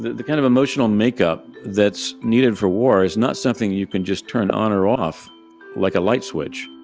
the the kind of emotional makeup that's needed for war is not something you can just turn on or off like a light switch.